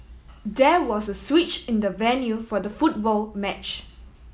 there was a switch in the venue for the football match